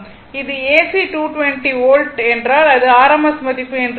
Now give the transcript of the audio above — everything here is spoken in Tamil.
இது AC 220 என்றால் அது RMS மதிப்பு என்று பொருள்